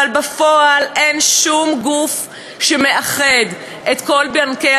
אך בפועל אין שום גוף שמאחד את כל בנקי